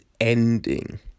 ending